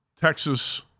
Texas